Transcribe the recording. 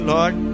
Lord